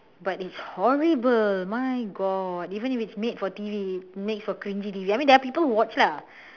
but it's horrible my god even if it's made for T_V makes for cringy T_V I mean there are people who watch lah